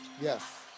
Yes